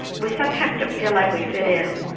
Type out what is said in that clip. we sometimes don't feel like we fit in.